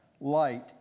light